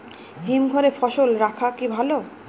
হিমঘরে ফসল রাখা কি ভালো?